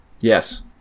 Yes